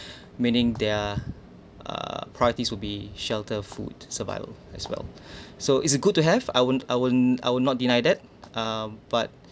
meaning their uh priorities would be shelter food survival as well so it's uh good to have I wouldn't I wouldn't I would not denied that um but